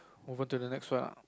over to the next one